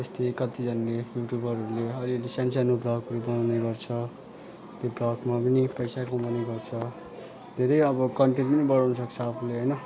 त्यस्तै कतिजनाले युट्युबरहरूले अलिअलि सानो सानो भ्लगहरू बनाउने गर्छ त्यो भ्लगमा पनि पैसा कमाउने गर्छ धेरै अब कन्टेन्ट पनि बनाउन सक्छ आफूले होइन